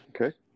okay